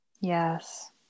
yes